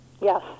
Yes